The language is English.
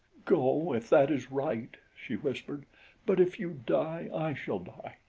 go, if that is right, she whispered but if you die, i shall die,